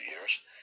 years